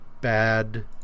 bad